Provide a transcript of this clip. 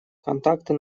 контакты